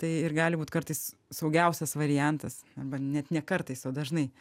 tai ir gali būt kartais saugiausias variantas arba net ne kartais o dažnai